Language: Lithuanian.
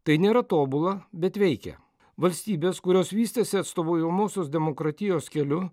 tai nėra tobula bet veikia valstybės kurios vystėsi atstovaujamosios demokratijos keliu